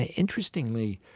ah interestingly,